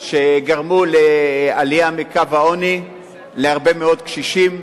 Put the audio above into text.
שגרמו לעלייה מקו העוני להרבה מאוד קשישים,